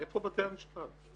איפה בתי המשפט?